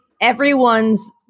everyone's